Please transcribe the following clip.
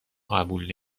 قبول